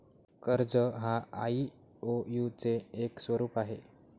कर्ज हा आई.ओ.यु चे एक स्वरूप आहे